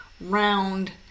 round